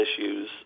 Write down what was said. issues